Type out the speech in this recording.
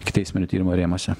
ikiteisminio tyrimo rėmuose